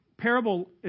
Parable